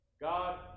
God